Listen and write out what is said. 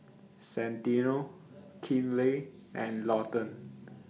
Santino Kinley and Lawton